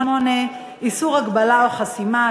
57) (הרשות והמועצה לשידורים מסחריים),